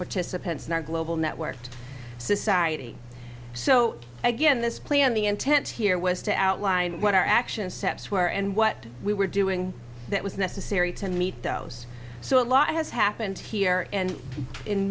participants in our global network society so again this plan the intent here was to outline what our action steps were and what we were doing that was necessary to meet those so a lot has happened here and